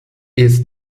its